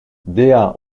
dea